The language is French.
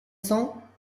cents